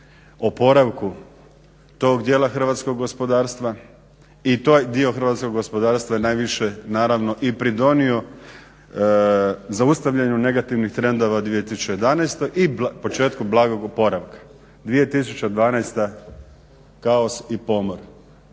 oporavku tog dijela hrvatskog gospodarstva i taj dio hrvatskog gospodarstva je najviše naravno i pridonio zaustavljanju negativnih trendova u 2011. i početka blagog oporavka. 2012. kaos i pomor